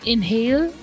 Inhale